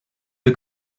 the